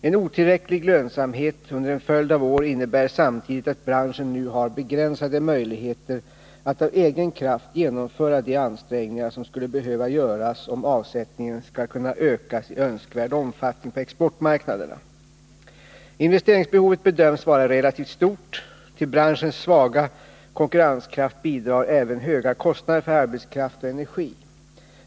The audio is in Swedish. En otillräcklig lönsamhet under en följd av år innebär samtidigt att branschen nu har begränsade möjligheter att av egen kraft genomföra de ansträngningar som skulle behöva göras, om avsättningen skall kunna ökas i önskvärd omfattning på exportmarknaderna. Investeringsbehovet bedöms vara relativt stort. Till branschens svaga konkurrenskraft bidrar även höga kostnader för arbetskraft och energi.